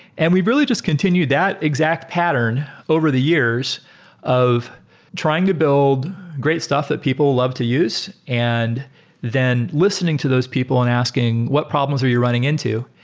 and we really just continued that exact pattern over the years of trying to build great stuff that people love to use and then listening to those people and asking what problems are you running into.